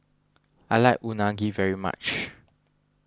I like Unagi very much